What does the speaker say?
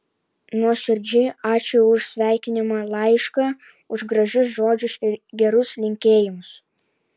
nuoširdžiai ačiū už sveikinimo laišką už gražius žodžius ir gerus linkėjimus